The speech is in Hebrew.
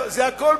הכול